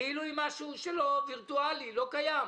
כאילו היא משהו וירטואלי, לא קיים.